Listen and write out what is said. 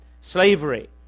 slavery